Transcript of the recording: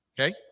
Okay